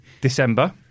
December